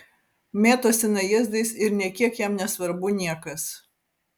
mėtosi najėzdais ir nė kiek jam nesvarbu niekas